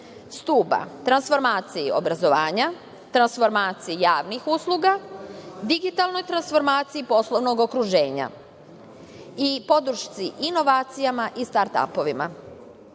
stuba: transformaciji obrazovanja, transformaciji javnih usluga, digitalnoj transformaciji poslovnog okruženja i podršci inovacijama i start apovima.U